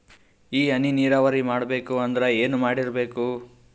ಈ ಹನಿ ನೀರಾವರಿ ಮಾಡಬೇಕು ಅಂದ್ರ ಏನ್ ಮಾಡಿರಬೇಕು?